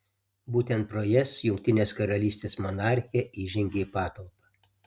būtent pro jas jungtinės karalystės monarchė įžengia į patalpą